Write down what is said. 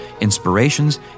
inspirations